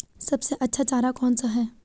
सबसे अच्छा चारा कौन सा है?